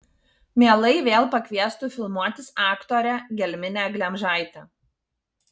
mielai vėl pakviestų filmuotis aktorę gelminę glemžaitę